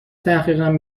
تحقیقم